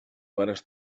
pares